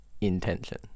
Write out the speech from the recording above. intention